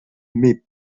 met